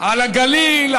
על הגליל,